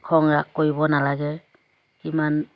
খং ৰাগ কৰিব নালাগে কিমান